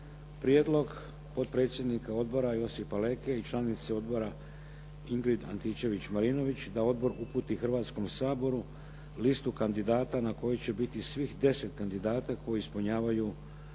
Prijedlog potpredsjednika odbora Josipa Leke i članice odbora Ingrid Antičević-Marinović, da odbor uputi Hrvatskom saboru listu kandidata na kojoj će biti svih 10 kandidata koji ispunjavaju